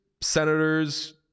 senators